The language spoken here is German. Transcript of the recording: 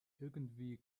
irgendwie